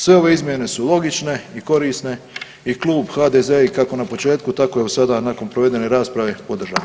Sve ove izmjene su logične i korisne i Klub HDZ-a i kako na početku, tako evo sada nakon provedene rasprave podržava.